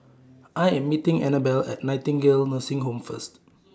I Am meeting Anabelle At Nightingale Nursing Home First